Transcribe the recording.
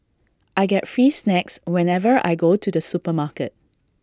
I get free snacks whenever I go to the supermarket